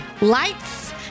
Lights